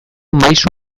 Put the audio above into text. maisu